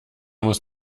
muss